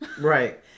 Right